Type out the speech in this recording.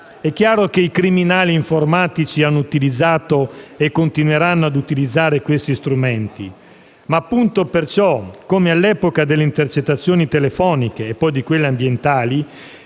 È chiaro che i criminali informatici hanno utilizzato e continueranno a utilizzare questi strumenti, ma, proprio per questo, come nell'epoca delle intercettazioni telefoniche e, poi, di quelle ambientali,